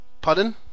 Pardon